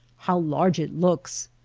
how large it looks!